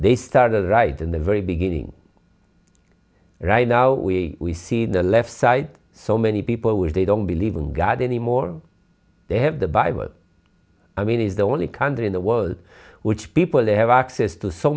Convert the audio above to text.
they started right in the very beginning right now we see the left side so many people where they don't believe in god anymore they have the bible i mean it is the only country in the world which people they have access to so